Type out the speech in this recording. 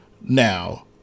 Now